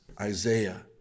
isaiah